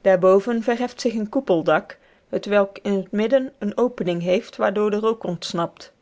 daarboven verheft zich een koepeldak hetwelk in het midden eene opening heeft waardoor de rook ontsnapt